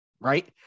right